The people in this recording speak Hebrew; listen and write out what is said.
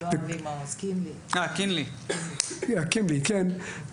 יש בממלכתי-דתי כללים שהוא